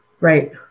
Right